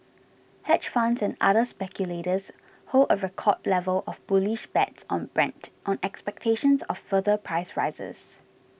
hedge funds and other speculators hold a record level of bullish bets on Brent on expectations of further price rises